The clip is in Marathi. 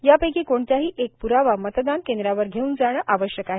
यापैकी कोणत्याही एक पुरावा मतदान केंद्रावर घेऊन जाणे आवश्यक आहे